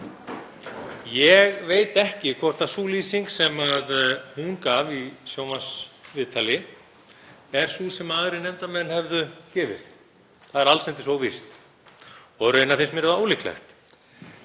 Ég veit ekki hvort sú lýsing sem hún gaf í sjónvarpsviðtali er sú sem aðrir nefndarmenn hefðu gefið. Það er allsendis óvíst og raunar finnst mér það ólíklegt.